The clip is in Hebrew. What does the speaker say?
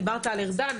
דיברת על ארדן,